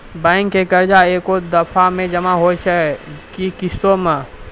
Bank के कर्जा ऐकै दफ़ा मे जमा होय छै कि किस्तो मे?